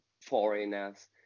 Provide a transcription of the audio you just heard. foreigners